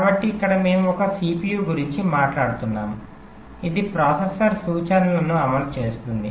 కాబట్టి ఇక్కడ మనము ఒక CPU గురించి మాట్లాడుతున్నాము ఇది ప్రాసెసర్ సూచనలను అమలు చేస్తుంది